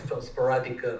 sporadic